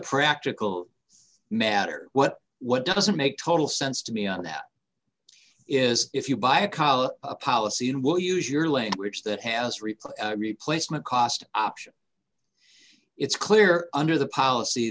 practical matter what what doesn't make total sense to me and that is if you buy a college a policy and will use your language that has replaced not cost option it's clear under the policy